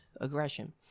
aggression